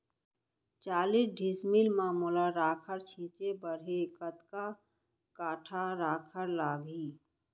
चालीस डिसमिल म मोला राखड़ छिंचे बर हे कतका काठा राखड़ लागही?